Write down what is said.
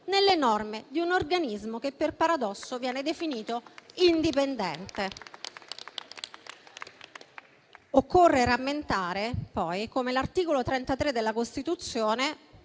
nelle norme di un organismo che, per paradosso, viene definito indipendente. Occorre rammentare, poi, come l'articolo 33 della Costituzione